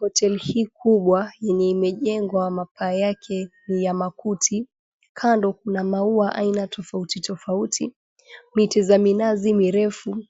Hoteli hii kubwa yenye imejengwa mapaa yake ya makuti. Kando, kuna maua aina tofauti tofauti, miti za minazi mirefu